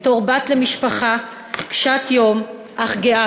בתור בת למשפחה קשת-יום אך גאה,